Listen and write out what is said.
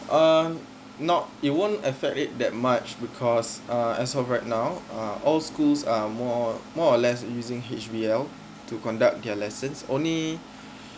um not it won't affect it that much because uh as of right now uh all schools are more more or less using H_B_L to conduct their lessons only